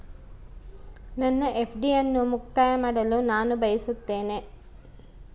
ನನ್ನ ಎಫ್.ಡಿ ಅನ್ನು ಮುಕ್ತಾಯ ಮಾಡಲು ನಾನು ಬಯಸುತ್ತೇನೆ